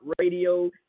Radio